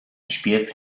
śpiew